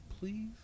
please